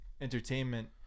entertainment